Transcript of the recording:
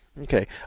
Okay